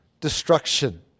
destruction